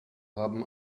haben